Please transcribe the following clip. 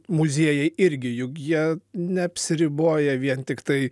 muziejai irgi juk jie neapsiriboja vien tiktai